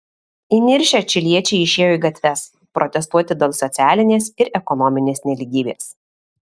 įniršę čiliečiai išėjo į gatves protestuoti dėl socialinės ir ekonominės nelygybės